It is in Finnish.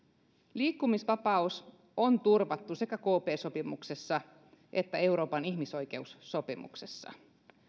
liikkumisvapaus on turvattu sekä kp sopimuksessa että euroopan ihmisoikeussopimuksessa